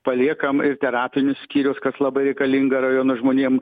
paliekam terapinius skyrius kas labai reikalinga rajono žmonėm